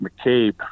McCabe